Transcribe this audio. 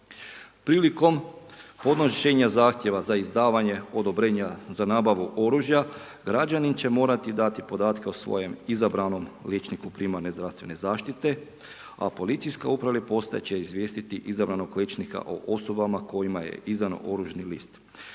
Prilikom podnošenjem zahtjeva za izdavanje odobrenja za nabavu oružja građanin će morati dati podatke o svojem izabranom liječniku primarne zdravstvene zaštite, a policijska uprava ili postaja će izvijestiti izabranog liječnika o osobama kojima je izdan oružni list.